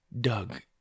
Doug